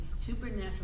supernatural